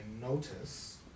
notice